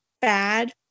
bad